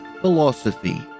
Philosophy